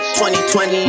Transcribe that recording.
2020